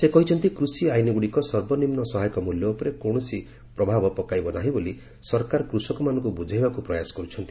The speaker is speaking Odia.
ସେ କହିଛନ୍ତି କୃଷି ଆଇନ୍ଗୁଡ଼ିକ ସର୍ବନିମ୍ନ ସହାୟକ ମୂଲ୍ୟ ଉପରେ କୌଣସି ପ୍ରଭାବ ପକାଇବ ନାହିଁ ବୋଲି ସରକାର କୃଷକମାନଙ୍କୁ ବୁଝାଇବାକୁ ପ୍ରୟାସ କରୁଛନ୍ତି